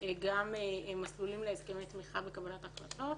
גם מסלולים להסכמי תמיכה בקבלת ההחלטות